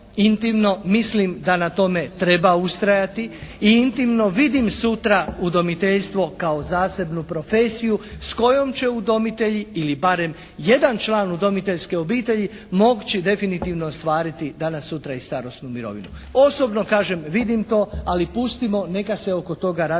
intimno mislim da na tome treba ustrajati i intimno vidim sutra udomiteljstvo kao zasebnu profesiju s kojom će udomitelji ili barem jedan član udomiteljske obitelji moći definitivno ostvariti danas sutra i starosnu mirovinu. Osobno kažem vidim to, ali pustimo neka se oko toga razvije